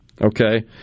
Okay